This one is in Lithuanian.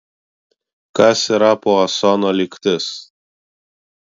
kas yra puasono lygtis